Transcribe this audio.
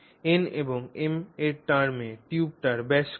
n এবং m এর টার্মে টিউবটির ব্যাস কত